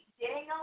Daniel